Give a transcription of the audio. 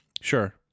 Sure